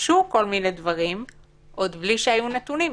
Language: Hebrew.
וביקשו כל מיני דברים כשעדיין לא היו נתונים,